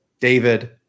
David